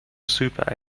super